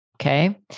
Okay